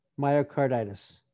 myocarditis